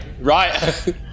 right